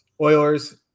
Oilers